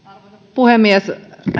puhemies